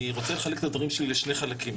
אני רוצה לחלק את הדברים שלי לשני חלקים,